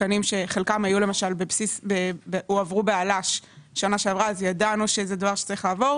תקנים שחלקם הועברו בשנה שעברה וידענו שזה דבר צריך לעבור.